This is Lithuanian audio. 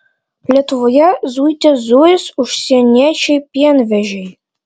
lietuvoje zuite zuis užsieniečiai pienvežiai